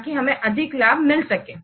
ताकि हमें अधिक लाभ मिल सके